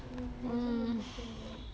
um 我真的不可以了